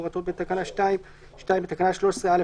למעט למטרות המפורטות בתקנה 2."; (2)בתקנה 13(א),